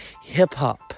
Hip-hop